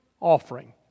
offering